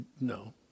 No